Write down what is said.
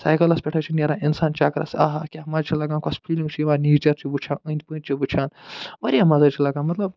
سایکَلس پٮ۪ٹھ حظ چھُ نیران اِنسان چکرس آہا کیٛاہ مَزٕ چھُ لگان کۄس فیٖلِنٛگ چھِ یِوان نیچر چھُ وٕچھان أنٛدۍ پٔتۍ چھِ وٕچھان وارِیاہ مَزٕ حظ چھُ لَگان مطلب